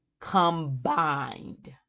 combined